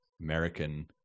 american